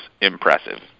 impressive